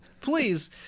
Please